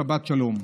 שבת שלום.